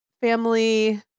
family